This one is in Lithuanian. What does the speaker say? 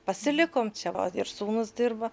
pasilikom čia va ir sūnus dirba